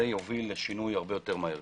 זה יוביל לשינוי הרבה יותר מהר.